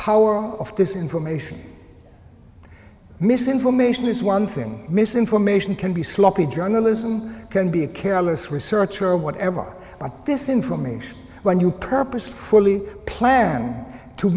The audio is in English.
power of this information misinformation is one thing misinformation can be sloppy journalism can be a careless research or whatever but this information when you purposefully plan